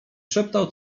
szeptał